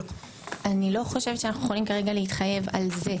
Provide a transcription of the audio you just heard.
אני לא חושבת שאנחנו יכולים כרגע להתחייב על זה.